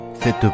cette